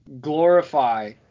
glorify